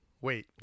Wait